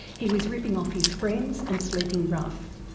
he was ripping off his friends and sleeping rough,